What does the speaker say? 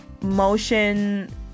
motion